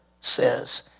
says